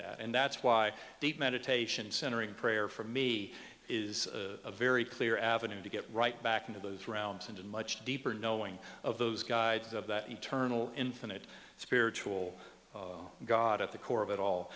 that and that's why deep meditation centering prayer for me is a very clear avenue to get right back into those rounds and in much deeper knowing of those guides of that eternal infinite spiritual god at the core of it all